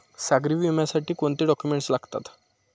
सागरी विम्यासाठी कोणते डॉक्युमेंट्स लागतात?